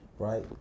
right